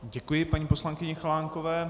Děkuji paní poslankyni Chalánkové.